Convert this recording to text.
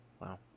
Wow